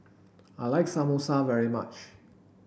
I like Samosa very much